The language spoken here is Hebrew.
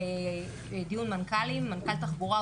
לדיון מנכ"לים: מנכ"לי תחבורה,